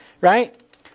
right